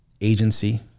agency